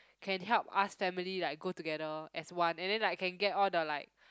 can help us family like go together as one and then like can get all the like